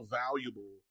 valuable